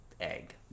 egg